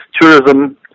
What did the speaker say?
tourism